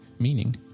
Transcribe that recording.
Meaning